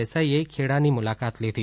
દેસાઇએ ખેડાની મુલાકાત લીધી